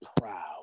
proud